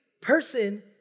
person